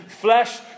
flesh